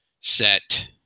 set